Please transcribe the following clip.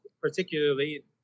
particularly